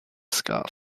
scarf